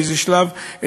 באיזה שלב,